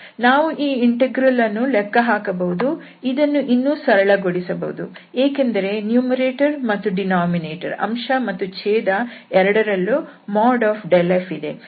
ನಾವು ಈ ಇಂಟೆಗ್ರಲ್ ಅನ್ನು ಲೆಕ್ಕ ಹಾಕಬಹುದು ಇದನ್ನು ಇನ್ನೂ ಸರಳಗೊಳಿಸಬಹುದು ಏಕೆಂದರೆ ಅಂಶ ಮತ್ತು ಛೇದ ಎರಡರಲ್ಲೂ ∇fಇದೆ